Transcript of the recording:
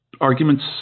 arguments